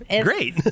Great